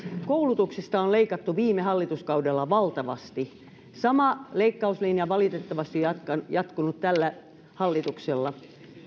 koulutuksesta on leikattu viime hallituskaudella valtavasti sama leikkauslinja valitettavasti on jatkunut tällä hallituksella